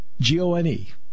G-O-N-E